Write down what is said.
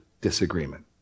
disagreement